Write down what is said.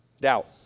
Doubt